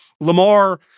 Lamar